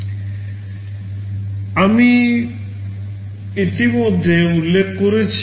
এটি আমি ইতিমধ্যে উল্লেখ করেছি